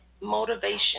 motivation